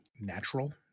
natural